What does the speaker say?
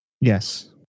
yes